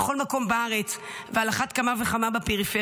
לצערי, בכל מקום בארץ ועל אחת כמה וכמה בפריפריה.